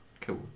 Cool